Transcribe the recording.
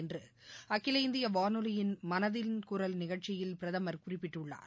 என்று அகில இந்திய வானொலியின் மனதின் குரல் நிகழ்ச்சியில் பிரதமர் குறிப்பிட்டுள்ளார்